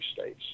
states